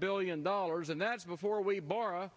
billion dollars and that's before we borrow